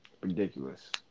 Ridiculous